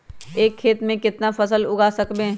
एक खेत मे केतना फसल उगाय सकबै?